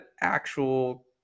actual